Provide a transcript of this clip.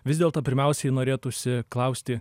vis dėlto pirmiausiai norėtųsi klausti